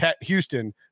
Houston